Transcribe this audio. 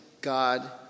God